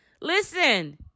Listen